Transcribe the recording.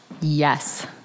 Yes